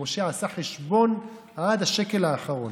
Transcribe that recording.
שמשה עשה חשבון עד השקל האחרון.